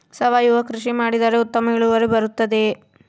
ಸಾವಯುವ ಕೃಷಿ ಮಾಡಿದರೆ ಉತ್ತಮ ಇಳುವರಿ ಬರುತ್ತದೆಯೇ?